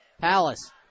Palace